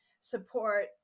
support